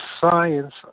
science